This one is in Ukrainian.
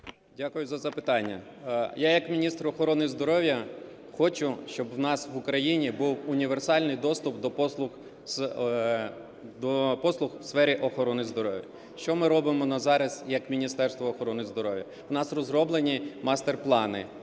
Дякую за запитання. Я як міністр охорони здоров'я хочу, щоб у нас в Україні був універсальний доступ до послуг у сфері охорони здоров'я. Що ми робимо на зараз як Міністерство охорони здоров'я? В нас розроблені мастер-плани